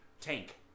Tank